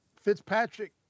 Fitzpatrick